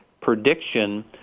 prediction